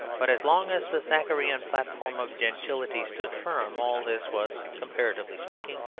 but as long as the thackerayan platform of gentility stood firm all this was, comparatively speaking,